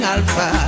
Alpha